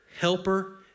helper